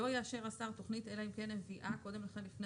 לא יאשר השר תוכנית אלא אם כן הביאה קודם לכן לפני